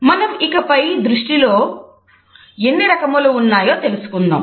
మనం ఇకపై దృష్టిలో ఎన్ని రకములు ఉన్నాయో తెలుసుకుందాం